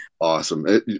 awesome